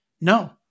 No